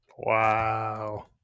Wow